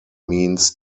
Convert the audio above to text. means